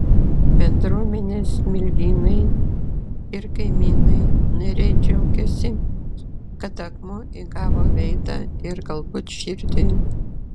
bendruomenės smilgynai ir kaimynai nariai džiaugiasi kad akmuo įgavo veidą ir galbūt širdį